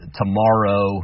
tomorrow